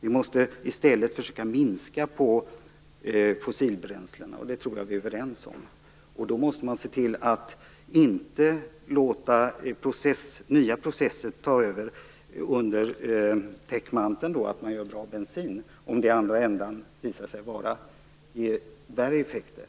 Vi måste i stället försöka minska på fossilbränslena. Det tror jag att vi är överens om. Man måste se till att inte låta nya processer ta över under täckmantel att man gör bra bensin om det i andra änden visar sig ge värre effekter.